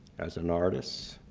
as an artist